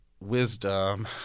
wisdom